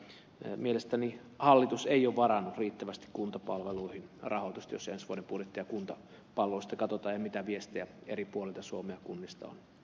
mielestäni hallitus ei ole varannut riittävästi kuntapalveluihin rahoitusta jos katsotaan ensi vuoden budjettia kuntapalvelujen osalta ja sitä mitä viestejä eri puolilta suomea kunnista on tullut